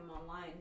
online